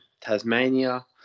Tasmania